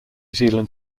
zealand